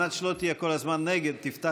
התש"ף